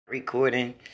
recording